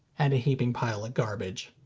and a heaping pile of garbage.